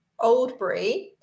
Oldbury